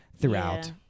throughout